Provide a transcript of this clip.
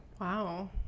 Wow